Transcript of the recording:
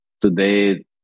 today